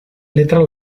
letra